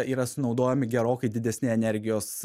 yra sunaudojami gerokai didesni energijos